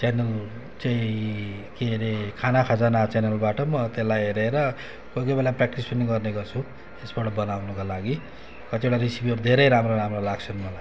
channel चाहिँ के अरे खाना खजाना च्यानलबाट म त्यसलाई हेरेर कोही कोही बेला प्र्याक्टिस पनि गर्ने गर्छु यसबाट बनाउनुको लागि कतिवटा रेसिपीहरू धेरै राम्रो राम्रो लाग्छ मलाई